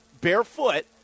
barefoot